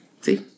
See